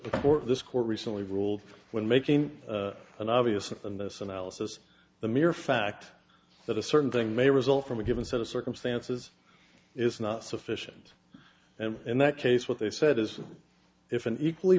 court this court recently ruled when making an obviously in this analysis the mere fact that a certain thing may result from a given set of circumstances is not sufficient and in that case what they said is if an equally